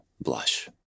Blush